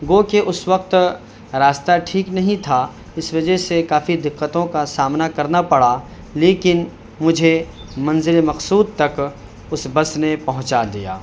گو کہ اس وقت راستہ ٹھیک نہیں تھا اس وجہ سے کافی دقتوں کا سامنا کرنا پڑا لیکن مجھے منزل مقصود تک اس بس نے پہنچا دیا